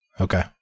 Okay